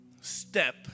step